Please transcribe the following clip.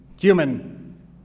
human